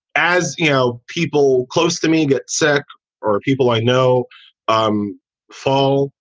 as you know, people close to me get sick or people i know um fall.